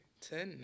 tonight